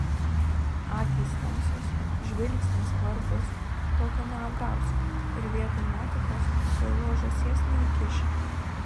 akys tamsios žvilgsnis skvarbus tokio neapgausi ir vietoj nuotakos kvailos žąsies neįkiši